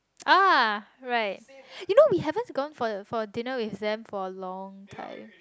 ah right you know we haven't gone for a for a dinner with them for a long time